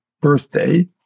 birthday